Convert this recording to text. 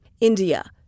India